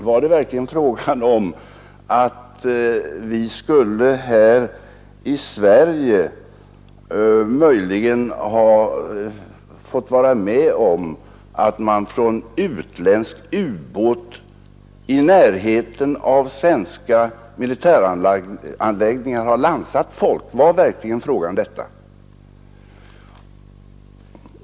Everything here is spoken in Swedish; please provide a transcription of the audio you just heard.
Var det verkligen fråga om att vi här i Sverige möjligen skulle ha fått vara med om att man från utländsk ubåt i närheten av svenska militäranläggningar landsatt folk? Var verkligen frågan detta?